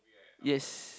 yes